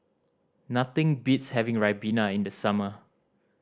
nothing beats having ribena in the summer